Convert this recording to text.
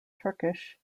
turkish